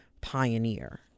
pioneer